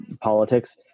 politics